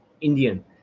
Indian